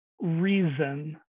reason